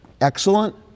excellent